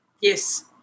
yes